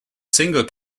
single